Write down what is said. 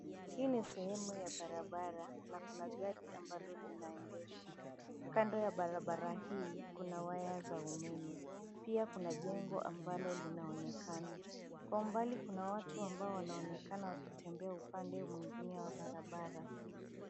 Hii ni sehemu ya barabara na kuna gari ambalo linaendeshwa. Kando ya barabara hii kuna waya za umeme. Pia kuna jengo ambalo linaonekana. Kwa umbali kuna watu ambao wanaonekana wakitembea upande mwingine wa barabara.